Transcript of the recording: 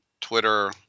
Twitter